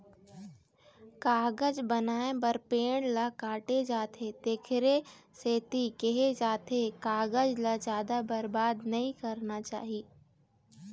कागज बनाए बर पेड़ ल काटे जाथे तेखरे सेती केहे जाथे कागज ल जादा बरबाद नइ करना चाही